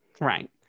Right